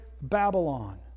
Babylon